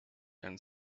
and